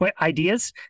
ideas